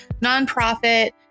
nonprofit